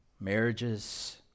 Marriages